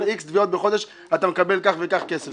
על X תביעות בחודש אתה מקבל כך וכך כסף,